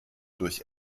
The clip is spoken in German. durch